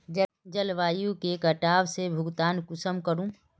जलवायु के कटाव से भुगतान कुंसम करूम?